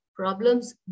problems